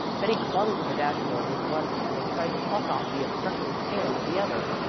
betty clung to the dashboard with one hand and tried to pluck off the obstructing tail with the other.